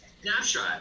snapshot